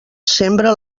sembra